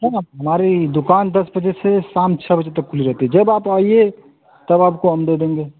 है ना हमारी दुकान दस बजे से शाम छः बजे तक खुली रहती है जब आप आइए तब आपको हम दे देंगे